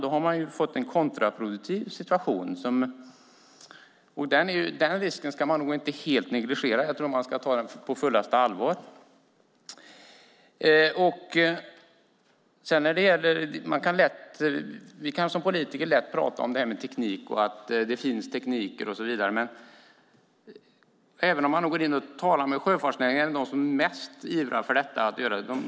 I så fall har vi fått en kontraproduktiv situation. Den risken ska man nog inte negligera utan tvärtom ta på fullaste allvar. Som politiker kan vi lätt tala om teknik, att det finns tekniker och så vidare, men om man talar med sjöfartsnäringen visar det sig att det är de som mest ivrar för detta.